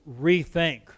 rethink